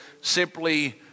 simply